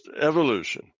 evolution